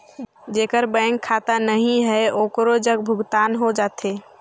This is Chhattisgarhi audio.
जेकर बैंक खाता नहीं है ओकरो जग भुगतान हो जाथे?